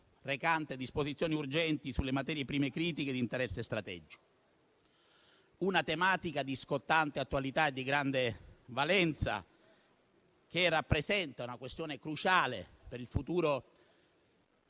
recante disposizioni urgenti sulle materie prime critiche di interesse strategico. Si tratta di una tematica di scottante attualità e di grande valenza, che rappresenta una questione cruciale per il futuro